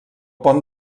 pont